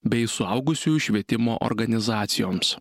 bei suaugusiųjų švietimo organizacijoms